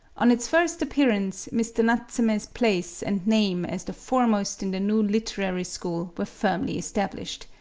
on its first appearance, mr. natsume's place and name as the foremost in the new literary school were firmly established.